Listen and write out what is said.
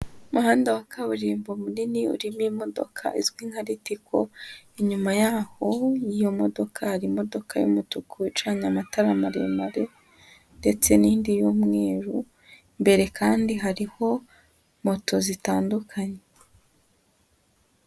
Umuhanda wa kaburimbo munini urimo imodokadoka izwi nka ritiko, inyuma y'aho y'iyo modoka hari imodoka y'umutuku icanye amatara maremare ndetse n'indi y'umweru, imbere kandi hariho moto zitandukanye.